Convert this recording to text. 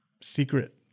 secret